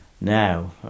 Now